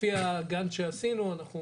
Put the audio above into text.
לפי הגל שעשינו, אנחנו